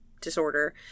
disorder